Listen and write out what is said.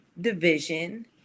division